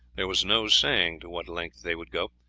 there was no saying to what length they would go,